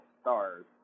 stars